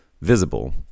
visible